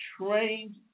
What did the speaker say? trained